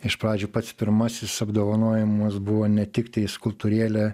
iš pradžių pats pirmasis apdovanojimas buvo ne tiktai skulptūrėlė